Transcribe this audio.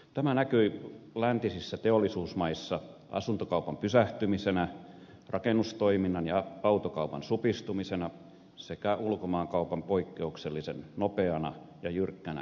tämä näkyi läntisissä teollisuusmaissa asuntokaupan pysähtymisenä rakennustoiminnan ja autokaupan supistumisena sekä ulkomaankaupan poikkeuksellisen nopeana ja jyrkkänä laskuna